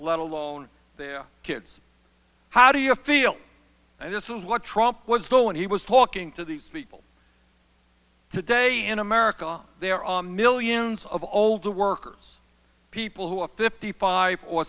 let alone their kids how do you feel this is what trump was cool when he was talking to these people today in america there are millions of older workers people who are fifty five or